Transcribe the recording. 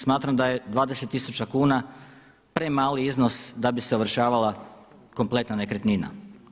Smatram da je 20 tisuća kuna premali iznos da bi se ovršavala kompletna nekretnina.